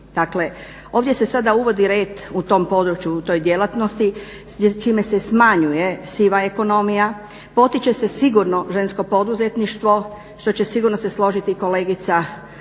ovdje se sada uvodi red u tom području, u toj djelatnosti čime se smanjuje siva ekonomija, potiče se sigurno žensko poduzetništvo što će sigurno se složiti i kolegica Tireli da